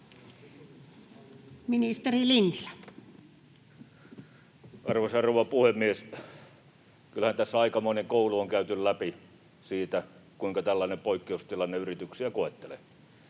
Content: Arvoisa rouva puhemies! Kyllähän tässä aikamoinen koulu on käyty läpi siitä, kuinka tällainen poikkeustilanne yrityksiä koettelee.